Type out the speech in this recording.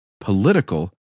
political